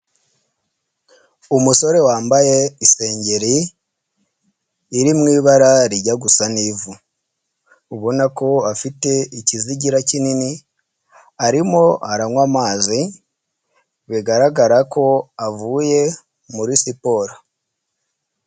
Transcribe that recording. Umusore wambaye isengeri, iri mu ibara rijya gusa n'ivu, ubona ko afite ikizigira kinini, arimo aranywa amazi, bigaragara ko avuye muri siporo.